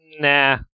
nah